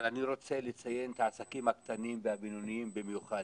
אבל אני רוצה לציין את העסקים הקטנים והבינוניים במיוחד.